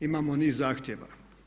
Imamo niz zahtjeva.